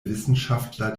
wissenschaftler